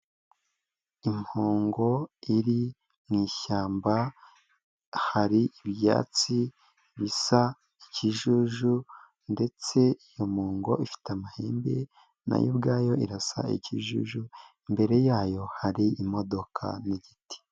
Impongo iri mu ishyamba, hari ibyatsi bisa ikijuju ndetse iyo mpongo ifite amahembe, nayo ubwayo irasa ikijiju, imbere yayo hari imodoka n'igiti.